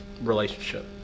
relationship